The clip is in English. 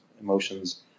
emotions